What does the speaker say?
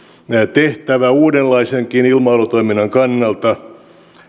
tehtävä uudenlaisenkin ilmailutoiminnan kannalta